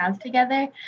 together